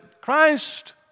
Christ